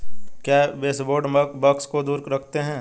क्या baseboard bugs को दूर रखते हैं?